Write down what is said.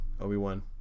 Obi-Wan